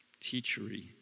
teachery